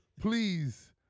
Please